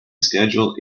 schedule